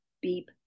beep